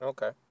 Okay